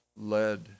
led